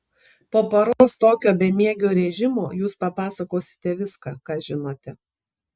po paros tokio bemiegio režimo jūs papasakosite viską ką žinote